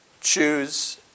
choose